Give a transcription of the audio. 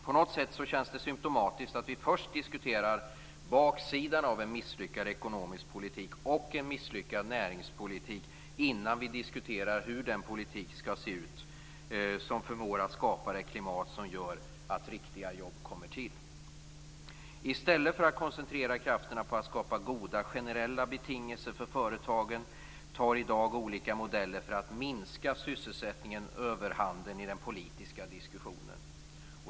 På något sätt känns det symtomatiskt att vi först diskuterar baksidan av en misslyckad ekonomisk politik och en misslyckad näringspolitik innan vi diskuterar hur den politik som förmår att skapa det klimat som gör att riktiga jobb kommer till skall se ut. I stället för att koncentrera krafterna på att skapa goda generella betingelser för företagen tar i dag olika modeller för att minska sysselsättningen överhanden i den politiska diskussionen.